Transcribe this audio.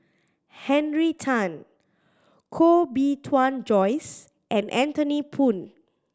Henry Tan Koh Bee Tuan Joyce and Anthony Poon